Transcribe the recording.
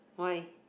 why